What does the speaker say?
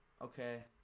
okay